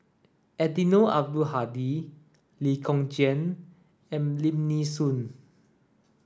Eddino Abdul Hadi Lee Kong Chian and Lim Nee Soon